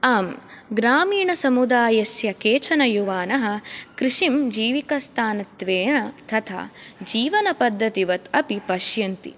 आम् ग्रामीण समुदायस्य केचन युवानः कृषिं जीविकास्थानत्वेन तथा जीवनपद्धतिवत् अपि पश्यन्ति